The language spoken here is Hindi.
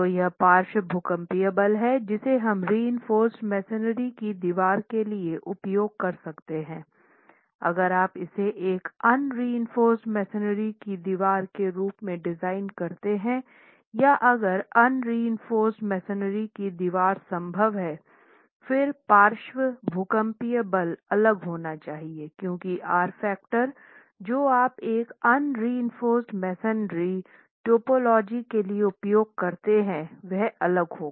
तोयह पार्श्व भूकंपीय बल है जिसे हम रिइनफ़ोर्स मेसनरी की दीवार के लिए उपयोग कर सकते हैं अगर आप इसे एक अनरिइनफ़ोर्स मेसनरी की दीवार के रूप में डिज़ाइन करते हैं या अगर अनरिइनफ़ोर्स मेसनरी की दीवार संभव है फिर पार्श्व भूकंपीय बल अलग होना चाहिए क्योंकि R फैक्टर जो आप एक अनरिइनफ़ोर्स मेसनरी टाइपोलॉजी के लिए उपयोग करते हैं वह अलग होगा